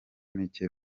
mike